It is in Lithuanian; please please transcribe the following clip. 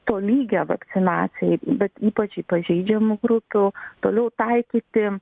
tolygią vakcinaciją bet ypač pažeidžiamų grupių toliau taikyti